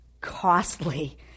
costly